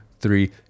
three